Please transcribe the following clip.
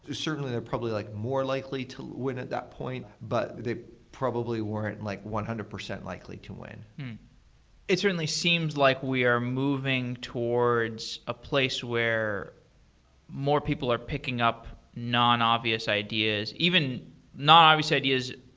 ah certainly, they're probably like more likely to win at that point, but they probably weren't like one hundred percent likely to win it certainly seems like we are moving towards a place where more people are picking up non-obvious ideas, even non-obvious ideas,